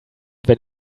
wenn